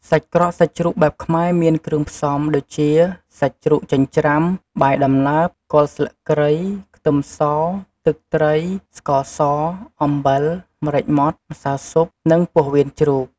សាច់ក្រកសាច់ជ្រូកបែបខ្មែរមានគ្រឿងផ្សំ ដូចជា សាច់ជ្រូកចិញ្ច្រាំ បាយដំណើប គល់ស្លឹកគ្រៃ ខ្ទឺមស ទឹកត្រី ស្ករស អំបិល ម្រេចម៉ដ្ឋ ម្សៅស៊ុប និងពោះវៀនជ្រូក។